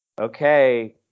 okay